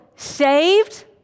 saved